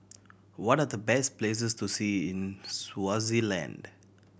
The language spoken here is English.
what are the best places to see in Swaziland